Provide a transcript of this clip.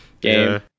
game